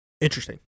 Interesting